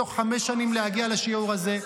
בתוך חמש שנים להגיע לשיעור הזה.